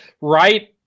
right